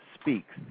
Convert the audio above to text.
Speaks